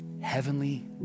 heavenly